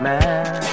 Man